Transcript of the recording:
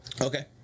Okay